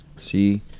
See